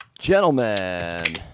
Gentlemen